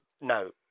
No